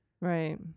Right